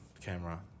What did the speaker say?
Camera